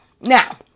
Now